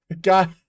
God